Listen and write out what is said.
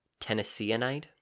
Tennesseanite